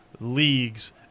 leagues